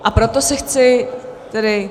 A proto se chci tedy